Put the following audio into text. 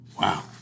Wow